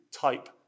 type